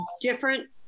Different